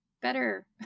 better